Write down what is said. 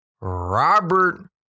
Robert